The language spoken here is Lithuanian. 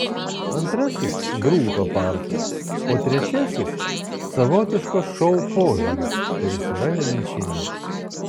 antrasis grūto parkas o trečiasis savotiškas šou požiūris kuris yra nemenčinėje